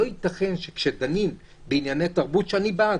לא יתכן שכאשר דנים בענייני תרבות שאני בעד,